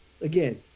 again